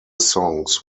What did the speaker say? songs